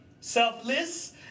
selfless